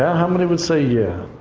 how many would say yeah?